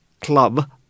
club